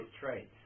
traits